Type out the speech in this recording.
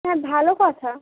হ্যাঁ ভালো কথা